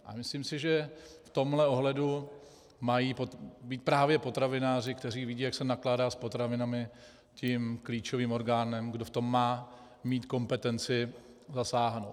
A myslím si, že v tomhle ohledu mají být právě potravináři, kteří vidí, jak se nakládá s potravinami, tím klíčovým orgánem, kdo má mít kompetenci v tom zasáhnout.